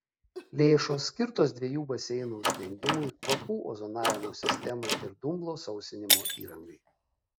lėšos skirtos dviejų baseinų uždengimui kvapų ozonavimo sistemai ir dumblo sausinimo įrangai